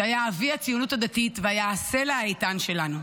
שהיה אבי הציונות הדתית והיה הסלע האיתן שלנו.